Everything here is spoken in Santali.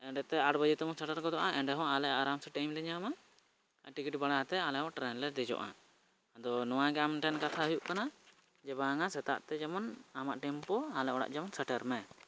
ᱮᱸᱰᱮ ᱛᱮ ᱟᱬᱜᱚ ᱠᱟᱛᱮᱵᱚᱱ ᱥᱮᱴᱮᱨ ᱜᱚᱫᱚᱜᱼᱟ ᱚᱸᱰᱮᱦᱚᱸ ᱟᱞᱮ ᱟᱨᱟᱢ ᱥᱮ ᱴᱟᱹᱭᱤᱢ ᱞᱮ ᱧᱟᱢᱟ ᱟᱨ ᱴᱤᱠᱤᱴ ᱵᱟᱲᱟ ᱠᱟᱛᱮᱫ ᱟᱞᱮᱦᱚᱸ ᱴᱨᱮᱱ ᱨᱮᱞᱮ ᱫᱮᱡᱳᱜᱼᱟ ᱟᱫᱚ ᱱᱚᱣᱟᱜᱮ ᱟᱢ ᱴᱷᱮᱱ ᱠᱟᱛᱷᱟ ᱦᱩᱭᱩᱜ ᱠᱟᱱᱟ ᱡᱮ ᱵᱟᱝᱼᱟ ᱥᱮᱛᱟᱜ ᱛᱮ ᱡᱮᱢᱚᱱ ᱟᱢᱟᱜ ᱴᱟᱹᱭᱤᱢ ᱠᱚ ᱟᱞᱮ ᱚᱲᱟᱜ ᱡᱮᱢᱚᱱ ᱥᱮᱴᱮᱨ ᱢᱮ